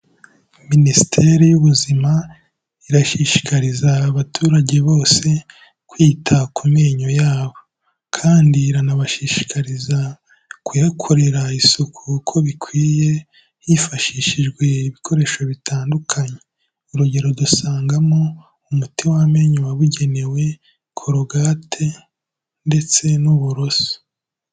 Minisiteri y'Ubuzima, irashishikariza abaturage bose kwita ku menyo yabo kandi iranabashishikariza kuyakorera isuku uko bikwiye, hifashishijwe ibikoresho bitandukanye. Urugero dusangamo: umuti w'amenyo wabugenewe, korogate ndetse n'uburoso.